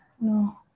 no